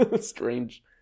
strange